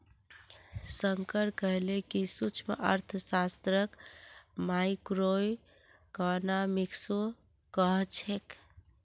शंकर कहले कि सूक्ष्मअर्थशास्त्रक माइक्रोइकॉनॉमिक्सो कह छेक